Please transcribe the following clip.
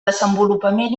desenvolupament